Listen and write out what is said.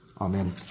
Amen